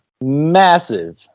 Massive